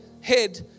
head